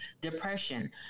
depression